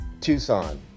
Tucson